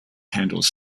handles